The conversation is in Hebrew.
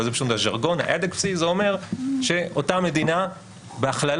אבל זה אומר שאותה מדינה בהכללה,